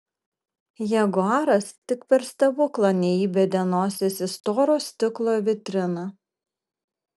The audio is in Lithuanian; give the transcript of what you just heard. jaguaras tik per stebuklą neįbedė nosies į storo stiklo vitriną